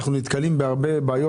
אנחנו נתקלים בהרבה פניות